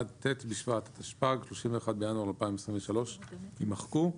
עד ט' בשבט התשפ"ג (31 בינואר 2023)" ימחקו,